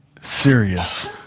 serious